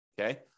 Okay